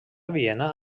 viena